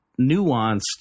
nuanced